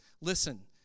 listen